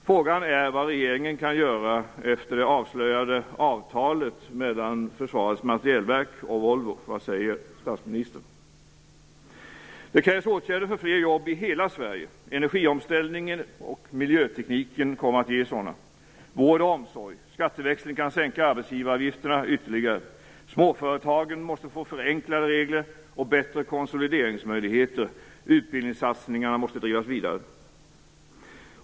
Frågan är vad regeringen kan göra efter det avslöjade avtalet mellan Försvarets materielverk och Volvo. Vad säger statsministern? Det krävs åtgärder för fler jobb i hela Sverige. Energiomställningen och miljötekniken kommer att ge sådana, likaså vård och omsorg. Skatteväxling kan sänka arbetsgivaravgifterna ytterligare. Småföretagen måste få förenklade regler och bättre konsolideringsmöjligheter. Utbildningssatsningarna måste drivas vidare.